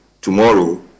tomorrow